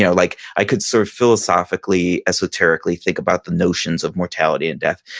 so like i could sort of philosophically, esoterically think about the notions of mortality and death.